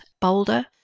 boulder